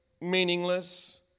meaningless